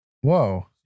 Whoa